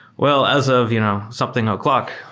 well, as of you know something ah o'clock,